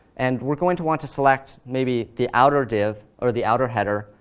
and we're going to want to select maybe the outer div, or the outer header,